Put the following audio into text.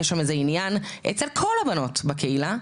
יש שם איזה עניין אצל כל הבנות בקהילה,